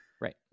right